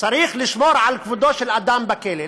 צריך לשמור על כבודו של אדם בכלא.